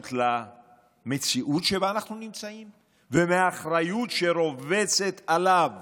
למציאות שבה אנחנו נמצאים, ומהאחריות שרובצת עליו